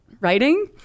writing